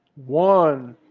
one.